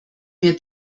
mir